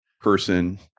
person